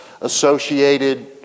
associated